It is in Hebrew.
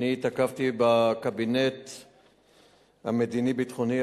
התעכבתי בקבינט המדיני-ביטחוני,